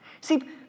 See